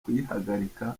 kuyihagarika